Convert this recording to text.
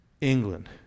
England